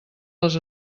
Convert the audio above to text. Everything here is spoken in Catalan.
les